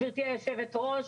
גברתי יושבת הראש,